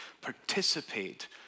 participate